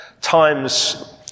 times